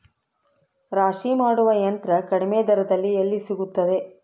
ರಾಶಿ ಮಾಡುವ ಯಂತ್ರ ಕಡಿಮೆ ದರದಲ್ಲಿ ಎಲ್ಲಿ ಸಿಗುತ್ತದೆ?